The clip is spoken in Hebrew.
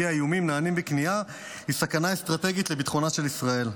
שלפיה איומים נענים בכניעה היא סכנה אסטרטגית לביטחון ישראל".